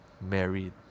married